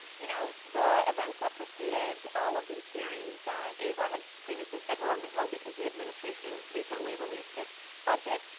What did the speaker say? you know, the events that preceded all of these hearings that azar had previously scheduled on the hill because the administration recently released its budget,